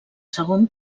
segon